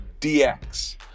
DX